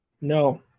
No